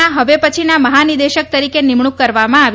ના હવે પછીના મહાનિદેશક તરીકે નિમણુક કરવામાં આવી